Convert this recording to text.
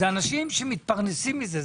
זה אנשים שמתפרנסים מזה.